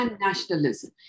nationalism